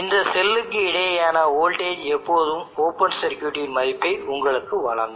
இந்த செல்லுக்கு இடையேயான வோல்டேஜ் எப்போதும் ஓபன் சர்க்யூட் இன் மதிப்பை உங்களுக்கு வழங்கும்